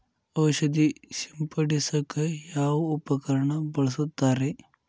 ಔಷಧಿ ಸಿಂಪಡಿಸಕ ಯಾವ ಉಪಕರಣ ಬಳಸುತ್ತಾರಿ?